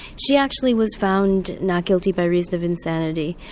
she actually was found not guilty by reason of insanity,